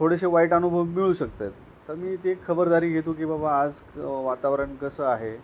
थोडेसे वाईट अनुभव मिळू शकतात तर मी ते एक खबरदारी घेतो की बाबा आज वातावरण कसं आहे